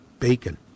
Bacon